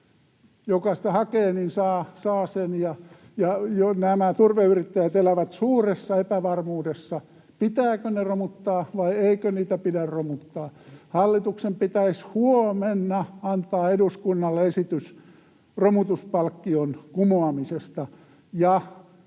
Joka sitä hakee, saa sen. Nämä turveyrittäjät elävät suuressa epävarmuudessa: pitääkö ne romuttaa, vai eikö niitä pidä romuttaa? Hallituksen pitäisi huomenna antaa eduskunnalle esitys romutuspalkkion kumoamisesta